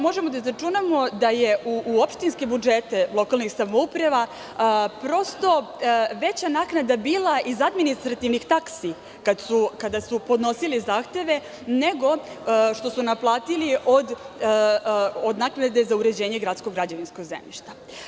Možemo da izračunamo da je u opštinske budžete lokalnih samouprava veća naknada bila iz administrativnih taksi, kada su podnosili zahteve, nego što su naplatili od naknade za uređenje gradskog građevinskog zemljišta.